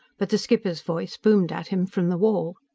but the skipper's voice boomed at him from the wall.